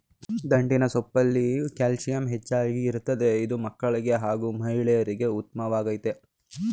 ದಂಟಿನ ಸೊಪ್ಪಲ್ಲಿ ಕ್ಯಾಲ್ಸಿಯಂ ಹೆಚ್ಚಾಗಿ ಇರ್ತದೆ ಇದು ಮಕ್ಕಳಿಗೆ ಹಾಗೂ ಮಹಿಳೆಯರಿಗೆ ಉತ್ಮವಾಗಯ್ತೆ